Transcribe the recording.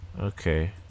Okay